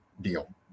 deal